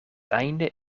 einde